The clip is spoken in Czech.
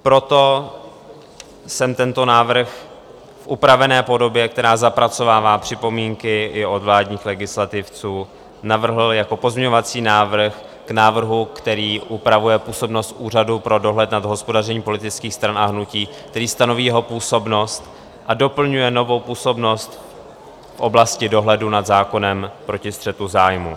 Proto jsem tento návrh v upravené podobě, která zapracovává připomínky i od vládních legislativců, navrhl jako pozměňovací návrh k návrhu, který upravuje působnost Úřadu pro dohled nad hospodařením politických stran a hnutí, který stanoví jeho působnost a doplňuje novou působnost v oblasti dohledu nad zákonem proti střetu zájmů.